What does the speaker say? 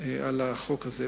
על החוק הזה.